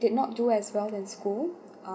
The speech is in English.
did not do as well in school